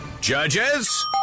Judges